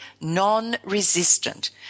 non-resistant